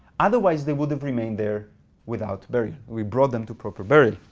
otherwise they would have remained there without burial. we brought them to proper burial.